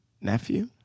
nephew